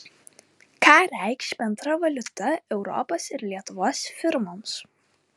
ką reikš bendra valiuta europos ir lietuvos firmoms